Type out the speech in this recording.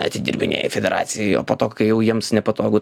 atidirbinėji federacijai o po to kai jau jiems nepatogu